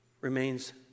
remains